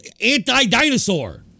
anti-dinosaur